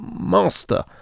master